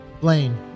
Blaine